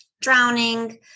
drowning